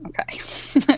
Okay